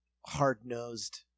hard-nosed